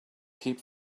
keep